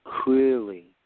clearly